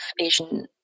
Asian